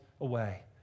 away